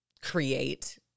create